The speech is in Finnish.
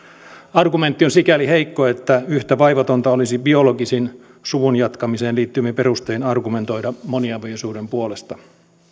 argumentti on sikäli heikko että yhtä vaivatonta olisi biologisin suvun jatkamiseen liittyvin perustein argumentoida moniavioisuuden puolesta